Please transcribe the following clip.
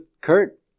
Kurt